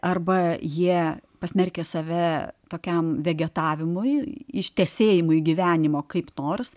arba jie pasmerkia save tokiam vegetavimui ištesėjimui gyvenimo kaip nors